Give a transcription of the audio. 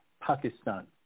Pakistan